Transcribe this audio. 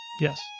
Yes